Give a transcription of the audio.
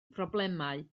problemau